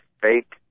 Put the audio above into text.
fake